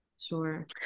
Sure